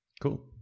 cool